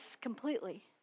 completely